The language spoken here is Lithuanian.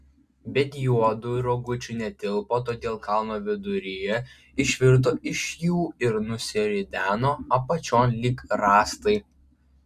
bet juodu ant rogučių netilpo todėl kalno viduryje išvirto iš jų ir nusirideno apačion lyg rąstai